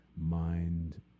mind